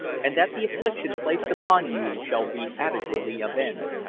and that the affliction placed upon you shall be adequately avenged.